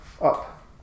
up